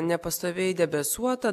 nepastoviai debesuota